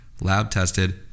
lab-tested